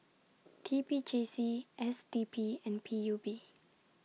T P J C S D P and P U B